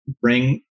bring